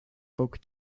folk